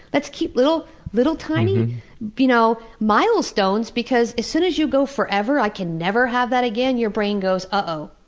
let's keep little little tiny you know milestones, because as soon as you go forever, i can never have that again your brain goes, uh-oh,